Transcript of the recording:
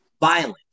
violence